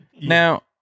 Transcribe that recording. Now